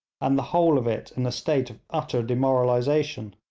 and the whole of it in a state of utter demoralisation.